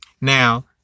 Now